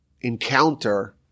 encounter